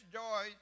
joy